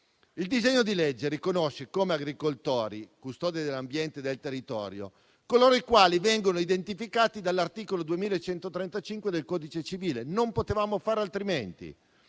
Il disegno di legge riconosce come agricoltori, custodi dell'ambiente e del territorio, coloro i quali vengono identificati dall'articolo 2135 del codice civile; non potevamo fare altrimenti.